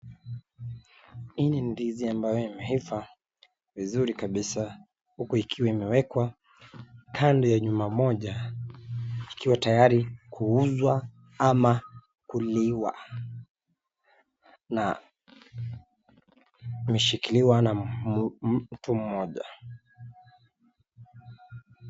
Hii ni ndizi ambayo imeiva vizuri kabisa uku ikiwa imewekwa kando ya nyumba moja ikiwa tayari kuuzwa ama kuliwa na imeshikiliwa na mtu mmoja.